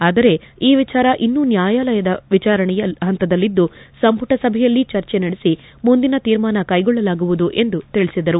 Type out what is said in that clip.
ಆದರೆ ಈ ವಿಚಾರ ಇನ್ನೂ ನ್ನಾಯಾಲಯದ ವಿಚಾರಣೆ ಪಂತದಲ್ಲಿದ್ದು ಸಂಪುಟ ಸಭೆಯಲ್ಲಿ ಚರ್ಚೆ ನಡೆಸಿ ಮುಂದಿನ ತೀರ್ಮಾನ ಕೈಗೊಳ್ಳಲಾಗುವುದು ಎಂದು ತಿಳಿಸಿದರು